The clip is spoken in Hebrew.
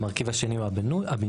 המרכיב השני הוא הבינוי,